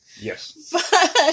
Yes